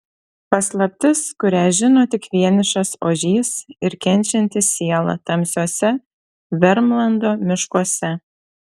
paslaptis kurią žino tik vienišas ožys ir kenčianti siela tamsiuose vermlando miškuose